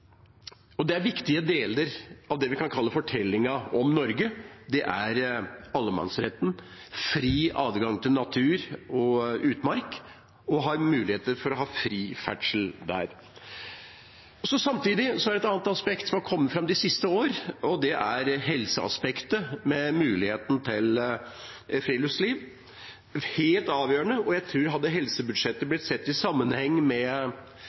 Viktige deler av det vi kan kalle «fortellingen om Norge», er allemannsretten, fri adgang til natur og utmark og det å ha muligheter for fri ferdsel der. Samtidig er det et annet aspekt som har kommet fram de siste årene, og det er helseaspektet med muligheten til friluftsliv. Det er helt avgjørende. Hadde helsebudsjettet blitt sett i sammenheng med